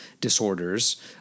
disorders